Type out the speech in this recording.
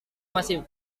masih